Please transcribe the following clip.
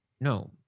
No